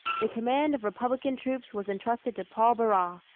the command of republican troops was entrusted to paul barras,